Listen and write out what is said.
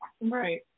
right